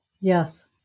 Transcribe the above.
Yes